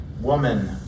woman